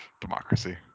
Democracy